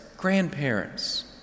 Grandparents